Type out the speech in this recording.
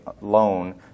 loan